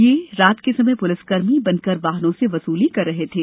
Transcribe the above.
यह रात के समय पुलिसकर्मी बनकर वाहनों से वसूली कर रहे थे